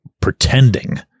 pretending